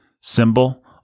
symbol